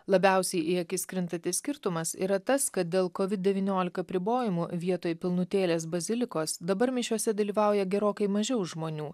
labiausiai į akis krintantis skirtumas yra tas kad dėl kovid devyniolika apribojimų vietoj pilnutėlės bazilikos dabar mišiose dalyvauja gerokai mažiau žmonių